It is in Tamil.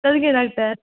சரிங்க டாக்டர்